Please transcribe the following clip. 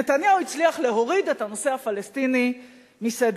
נתניהו הצליח להוריד את הנושא הפלסטיני מסדר-היום.